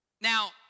Now